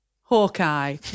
hawkeye